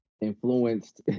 influenced